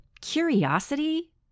Curiosity